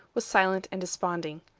was silent and desponding.